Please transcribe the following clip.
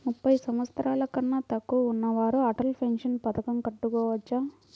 ముప్పై సంవత్సరాలకన్నా తక్కువ ఉన్నవారు అటల్ పెన్షన్ పథకం కట్టుకోవచ్చా?